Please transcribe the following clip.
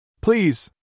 Please